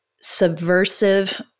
subversive